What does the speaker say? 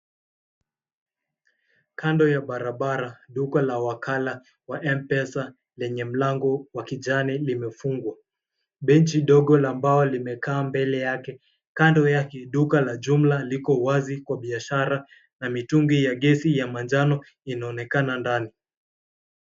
Kando ya barabara, duka la wakala la Mpesa lenye mlango wa kijani limefungwa, benchi dogo la mbao limekaa mbele yake. Kando yake, duka la jumla liko wazi kwa biashara na mitungi ya gesi ya manjano inaonekana ndani.